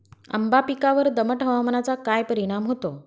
आंबा पिकावर दमट हवामानाचा काय परिणाम होतो?